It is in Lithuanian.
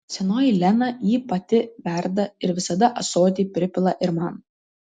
senoji lena jį pati verda ir visada ąsotį pripila ir man